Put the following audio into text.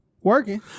working